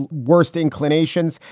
worst inclinations,